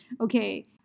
okay